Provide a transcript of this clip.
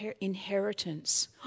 inheritance